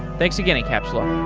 thanks again, encapsula.